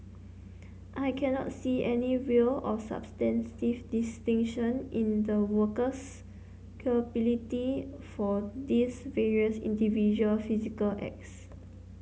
I cannot see any real or substantive distinction in the worker's culpability for these various individual physical acts